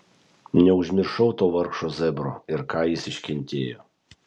neužmiršau to vargšo zebro ir ką jis iškentėjo